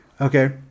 Okay